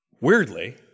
weirdly